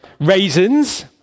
raisins